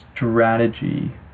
strategy